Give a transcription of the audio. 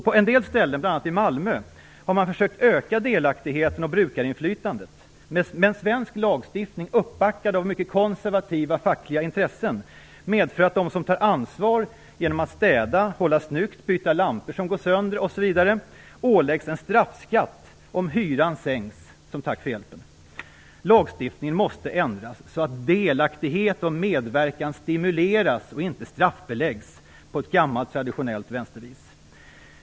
På en del ställen, bl.a. i Malmö, har man försökt att öka delaktigheten och brukarinflytandet. Men svensk lagstiftning, uppbackad av mycket konservativa fackliga intressen, medför att de som tar ansvar genom att städa, hålla snyggt, byta lampor som går sönder, m.m. åläggs en straffskatt om hyran sänks som tack för hjälpen. Lagstiftningen måste ändras så att delaktighet och medverkan stimuleras och inte straffbeläggs på ett gammal traditionellt vänstervis.